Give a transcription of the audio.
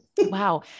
wow